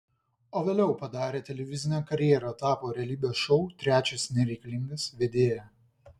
o vėliau padarė televizinę karjerą tapo realybės šou trečias nereikalingas vedėja